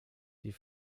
die